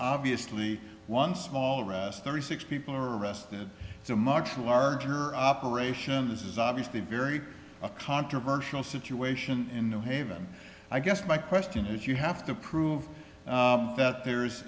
obviously one small around thirty six people arrested so much larger operation this is obviously very controversial situation in new haven i guess my question is you have to prove that there's